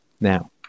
Now